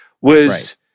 was-